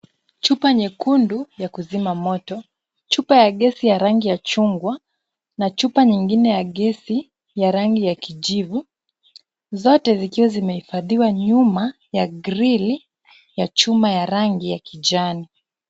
Chupa nyekundu ya kuzima moto. Chupa ya gesi ya rangi ya chungwa na chupa nyingine ya gesi ya rangi ya kijivu, zote zikiwa zimehifadhiwa nyuma ya grill ya chuma ya rangi ya kijani.